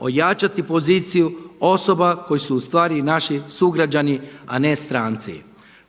ojačati poziciju osoba koje su u stvari i naši sugrađani, a ne stranci.